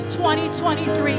2023